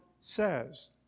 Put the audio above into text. says